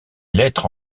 lettres